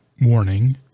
warning